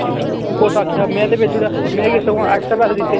हांजी कुस आक्खेआ में ते भेज्जी ओड़ेआ में ते सगुआं ऐक्सट्रा पैसे दित्ते